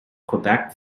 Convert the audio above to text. quebec